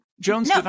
Jones